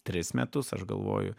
tris metus aš galvoju